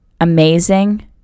amazing